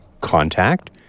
contact